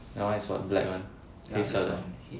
your [one] is what black [one] 黑色的